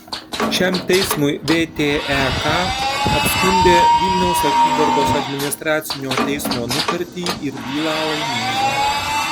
šiam teismui vtek apskundė vilniaus apygardos administracinio teismo nutartį ir bylą laimėjo